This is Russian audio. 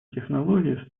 технологии